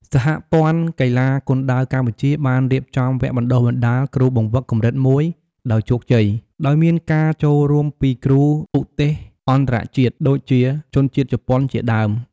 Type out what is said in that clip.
សហព័ន្ធកីឡាគុនដាវកម្ពុជា បានរៀបចំវគ្គបណ្ដុះបណ្ដាលគ្រូបង្វឹកកម្រិត ១ ដោយជោគជ័យ ដោយមានការចូលរួមពីគ្រូឧទ្ទេសអន្តរជាតិ ដូចជាជនជាតិជប៉ុនជាដើម។